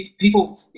people